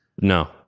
No